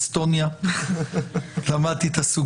רק אציין אותן העובדה שכתוב פה בכל עת,